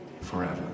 forever